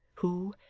who,